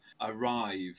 arrive